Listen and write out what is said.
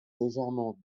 légèrement